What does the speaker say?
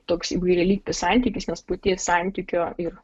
toks įvairialypis santykis nes būties santykio ir